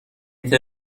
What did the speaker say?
طبق